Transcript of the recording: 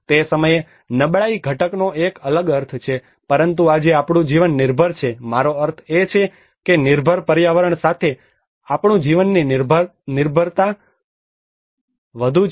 તે સમયે નબળાઈ ઘટકનો એક અલગ અર્થ છે પરંતુ આજે આપણું જીવન નિર્ભર છે મારો અર્થ એ છે કે નિર્ભર પર્યાવરણ સાથે આપણું જીવનની નિર્ભરતા વધુ છે